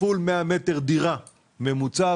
כפול 100 מטר דירה ממוצעת,